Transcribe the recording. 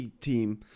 team